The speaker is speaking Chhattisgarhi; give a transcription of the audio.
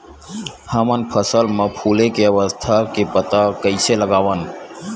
हमन फसल मा फुले के अवस्था के पता कइसे लगावन?